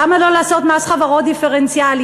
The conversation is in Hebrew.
למה לא לעשות מס חברות דיפרנציאלי?